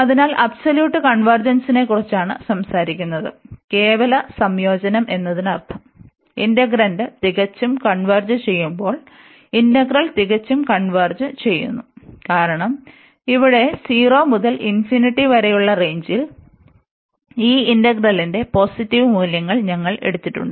അതിനാൽ അബ്സോലൂട്ട് കൺവെർജെൻസ്നെക്കുറിച്ചാണ് സംസാരിക്കുന്നത് കേവല സംയോജനം എന്നതിനർത്ഥം ഇന്റഗ്രന്റ് തികച്ചും കൺവെർജ് ചെയ്യുമ്പോൾ ഇന്റഗ്രൽ തികച്ചും കൺവെർജ് ചെയ്യുന്നു കാരണം ഇവിടെ 0 മുതൽ വരെയുള്ള റേഞ്ച്ൽ ഈ ഇന്റഗ്രലിന്റെ പോസിറ്റീവ് മൂല്യങ്ങൾ ഞങ്ങൾ എടുത്തിട്ടുണ്ട്